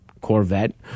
Corvette